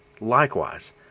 Likewise